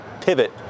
pivot